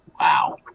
Wow